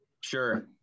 Sure